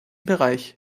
bereich